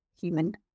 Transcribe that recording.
human